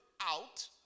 out